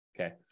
Okay